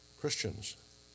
Christians